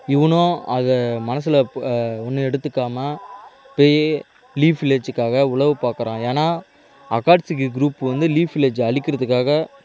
இவனும் அதை மனசில் ஒன்றும் எடுத்துக்காமல் போய் லீஃப் வில்லேஜ்ஜுக்காக உளவு பார்க்குறான் ஏன்னால் அக்காட்சிக்கு குரூப்பு வந்து லீஃப் வில்லேஜ்ஜை அழிக்கிறதுக்காக